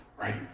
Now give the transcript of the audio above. Right